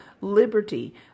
liberty